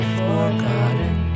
forgotten